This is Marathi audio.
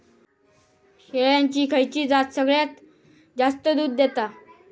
शेळ्यांची खयची जात सगळ्यात जास्त दूध देता?